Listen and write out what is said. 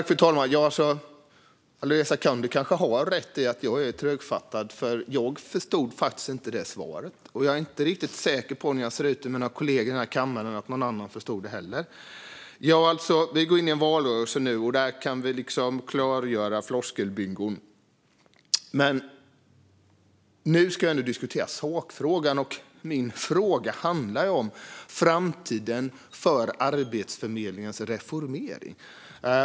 Fru talman! Alireza Akhondi kanske har rätt i att jag är trögfattad, för jag förstod faktiskt inte svaret. Och när jag ser ut över mina kollegor i den här kammaren är jag inte riktigt säker på att någon annan förstod det heller. Vi går in i en valrörelse nu, och där kan vi klargöra floskelbingon. Men nu ska vi diskutera sakfrågan, och min fråga handlar om framtiden för Arbetsförmedlingens reformering.